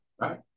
right